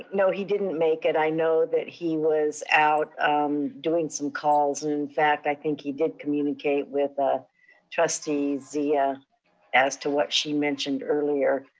no he didn't make it. i know that he was out doing some calls, and in fact, i think he did communicate with um trustee zia as to what she mentioned earlier.